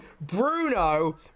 Bruno